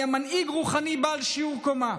היה מנהיג רוחני בעל שיעור קומה,